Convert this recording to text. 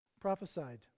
prophesied